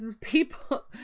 People